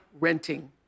renting